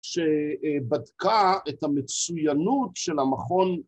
שבדקה את המצוינות של המכון